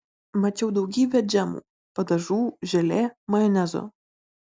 mačiau daugybę džemų padažų želė majonezo